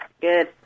Good